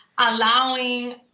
allowing